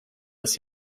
dass